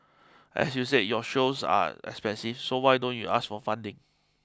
as you said your shows are expensive so why don't you ask for funding